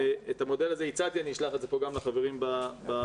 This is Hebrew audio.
את המודל הזה הצעתי ואני אשלח אותו לחברים בוועדה.